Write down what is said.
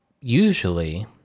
usually